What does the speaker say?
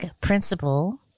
principle